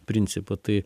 principą tai